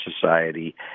society